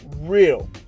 real